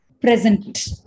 present